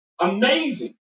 Amazing